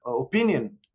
opinion